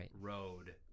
road